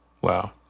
Wow